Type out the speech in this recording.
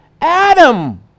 Adam